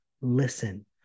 listen